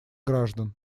граждан